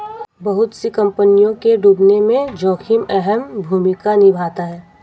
बहुत सी कम्पनियों के डूबने में जोखिम अहम भूमिका निभाता है